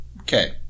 Okay